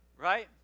Right